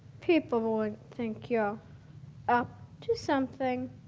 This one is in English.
people would think you're up to something.